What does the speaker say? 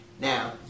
Now